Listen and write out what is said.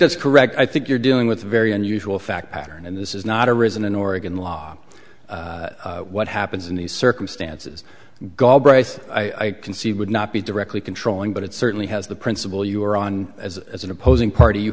that's correct i think you're dealing with a very unusual fact pattern and this is not arisen in oregon law what happens in these circumstances ga bryce i can see would not be directly controlling but it certainly has the principle you are on as an opposing party you